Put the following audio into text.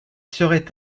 seraient